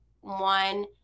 one